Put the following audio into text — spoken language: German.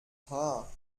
haar